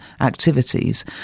activities